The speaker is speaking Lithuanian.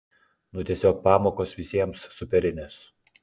nu tiesiog pamokos visiems superinės